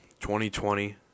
2020